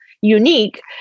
unique